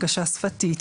הנגשה שפתית,